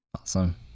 Awesome